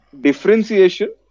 differentiation